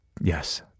yes